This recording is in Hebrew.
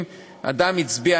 אם אדם הצביע,